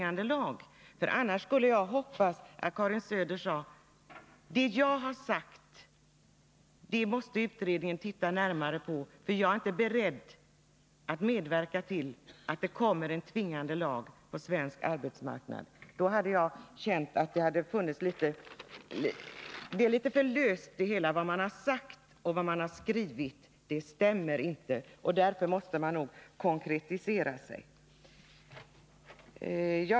Annars skulle jag hoppas att Karin Söder sade: Det jag har sagt måste utredningen titta närmare på, för jag är inte beredd att medverka till att det kommer en tvingande lag på svensk arbetsmarknad. Det man har sagt och det man har skrivit är litet för löst — det stämmer inte, och därför måste man konkretisera sig.